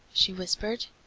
she whispered.